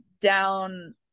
down